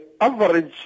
average